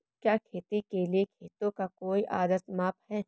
क्या खेती के लिए खेतों का कोई आदर्श माप है?